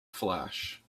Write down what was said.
flash